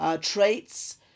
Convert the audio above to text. traits